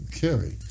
carry